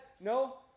No